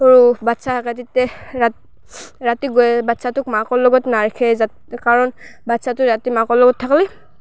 সৰু বাচ্ছা থাকে তিতে ৰাত ৰাতি বাচ্ছাটোক মাকৰ লগত নাৰাখে যাত কাৰণ বাচ্ছাটো ৰাতি মাকৰ লগত থাকলি